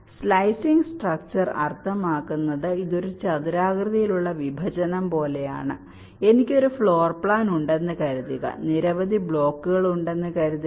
slicing structure അർത്ഥമാക്കുന്നത് ഇത് ഒരു ചതുരാകൃതിയിലുള്ള വിഭജനം പോലെയാണ് എനിക്ക് ഒരു ഫ്ലോർ പ്ലാൻ ഉണ്ടെന്ന് കരുതുക നിരവധി ബ്ലോക്കുകൾ ഉണ്ടെന്ന് കരുതുക